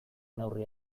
neurri